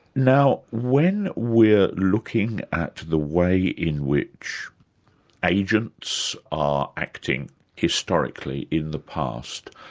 now when we're looking at the way in which agents are acting historically in the past,